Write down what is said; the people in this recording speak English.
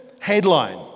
headline